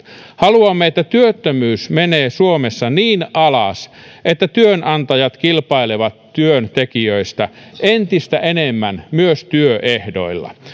haluamme että työttömyys menee suomessa niin alas että työnantajat kilpailevat työntekijöistä entistä enemmän myös työehdoilla